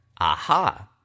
Aha